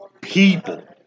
people